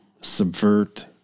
subvert